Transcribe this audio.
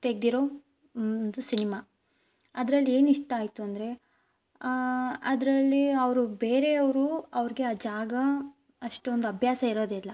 ತೆಗೆದಿರೋ ಒಂದು ಸಿನಿಮಾ ಅದ್ರಲ್ಲಿ ಏನು ಇಷ್ಟ ಆಯಿತು ಅಂದರೆ ಅದರಲ್ಲಿ ಅವರು ಬೇರೆಯವರು ಅವ್ರಿಗೆ ಆ ಜಾಗ ಅಷ್ಟೊಂದು ಅಭ್ಯಾಸ ಇರೋದಿಲ್ಲ